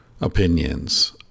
opinions